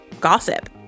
gossip